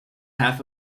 half